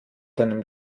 deinem